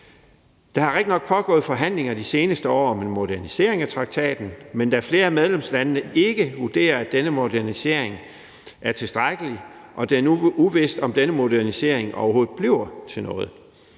Der er rigtigt nok foregået forhandlinger de seneste år om en modernisering af traktaten, men flere af medlemslandene vurderer ikke, at denne modernisering er tilstrækkelig, og det er uvist, om denne modernisering overhovedet bliver til noget,